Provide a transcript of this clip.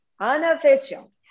unofficial